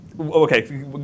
Okay